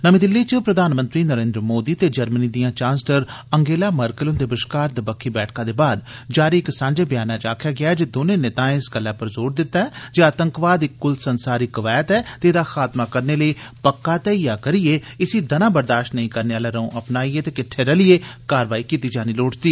नमीं दिल्ली च प्रधानमंत्री नरेन्द्र मोदी ते जर्मनी दियां चांसलर अंगेला मर्केल हुंदे बष्कार दबक्खी बैठकां दे बाद जारी सांझे ब्यानै च आक्खेआ गेआ ऐ जे दौनें नेताएं इस गल्लै पर जोर दित्ता ऐ जे आतंकवाद इक कुल संसारी कवैत ऐ ते एह्दा खात्मा करने लेई पक्का घेइया करियै इसी दना बर्दाष्त नेईं करने आला रौं अपनाइयै ते किट्ठे रलियै कारवाई कीती जानी लोड़चदी